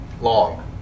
long